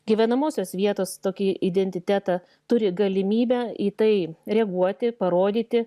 gyvenamosios vietos tokį identitetą turi galimybę į tai reaguoti parodyti